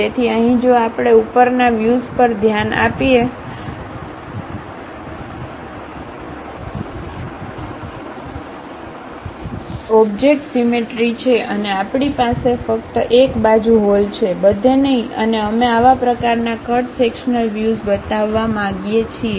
તેથી અહીં જો આપણે ઉપરના વ્યૂઝ પર ધ્યાન આપીએ છીએ ઓબ્જેક્ટ સીમેટ્રિ છે અને આપણી પાસે ફક્ત એક બાજુ હોલ છે બધે નહીં અને અમે આવા પ્રકારના કટ સેક્શન્લ વ્યુઝ બતાવવા માંગીએ છીએ